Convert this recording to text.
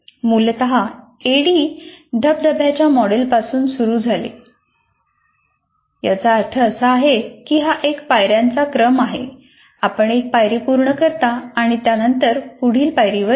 मूलतः ऍडी धबधब्याच्या मॉडेलपासून सुरू झाले याचा अर्थ असा की हा एक पायऱ्यांचा क्रम आहे आपण एक पायरी पूर्ण करता आणि त्यानंतर पुढील पायरीवर जाता